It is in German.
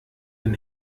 den